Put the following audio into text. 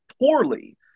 poorly